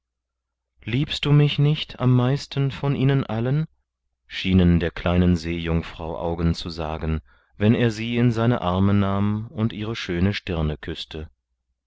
liebst du mich nicht am meisten von ihnen allen schienen der kleinen seejungfrau augen zu sagen wenn er sie in seine arme nahm und ihre schöne stirne küßte